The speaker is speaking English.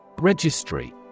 Registry